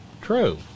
true